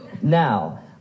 Now